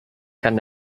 kann